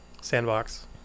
Sandbox